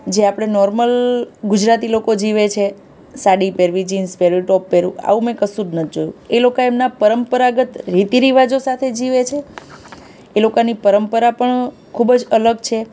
જે આપણે નોર્મલ ગુજરાતી લોકો જીવે છે સાડી પહેરવી જીન્સ પહેરવું ટોપ પહેરવું આવું મેં કશું જ નથી જોયું એ લોકો એમનાં પરંપરાગત રીતિ રિવાજો સાથે જીવે છે એ લોકોની પરંપરા પણ ખૂબ જ અલગ છે